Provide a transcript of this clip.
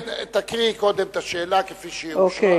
תקריאי קודם את השאלה כפי שהיא אושרה.